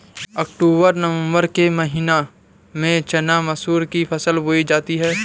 अक्टूबर नवम्बर के महीना में चना मसूर की फसल बोई जाती है?